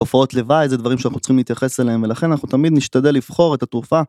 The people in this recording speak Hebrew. ‫תופעות לוואי זה דברים ‫שאנחנו צריכים להתייחס אליהם, ‫ולכן אנחנו תמיד נשתדל לבחור ‫את התרופה...